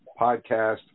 podcast